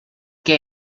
què